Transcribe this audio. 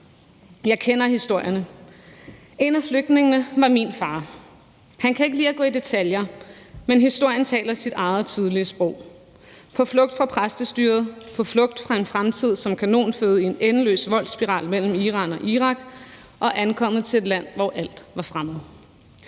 Jeg kender historierne. En af flygtningene var min far. Han kan ikke lide at gå i detaljer, men historien taler sit eget tydelige sprog. Han var på flugt fra præstestyret, på flugt fra en fremtid som kanonføde i en endeløs voldsspiral mellem Iran og Irak og ankommet til et land, hvor alt var fremmed.